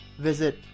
visit